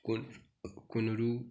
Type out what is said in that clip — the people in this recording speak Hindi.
कुन कुंदरु